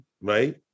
right